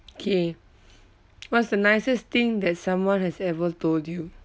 K what's the nicest thing that someone has ever told you